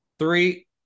Three